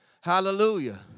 Hallelujah